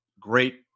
great